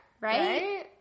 Right